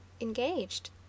engaged